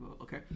Okay